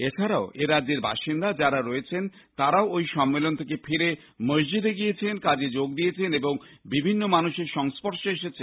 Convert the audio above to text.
এছাড়াও এরাজ্যের বাসিন্দা যারা রয়েছেন তারাও ওই সম্মেলন থেকে ফিরে মসজিদে গিয়েছেন কাজে যোগ দিয়েছেন এবং বিভিন্ন মানুষের সংস্পর্শে এসেছেন